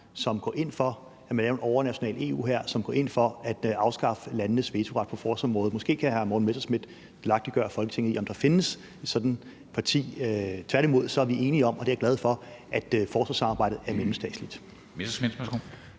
EU-hær eller en afskaffelse af landenes vetoret på forsvarsområdet. Måske kan hr. Morten Messerschmidt delagtiggøre Folketinget i, om der findes et sådant parti. Tværtimod er vi enige om – og det er jeg glad for – at forsvarssamarbejdet er mellemstatsligt.